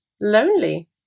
lonely